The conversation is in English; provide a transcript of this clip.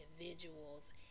individuals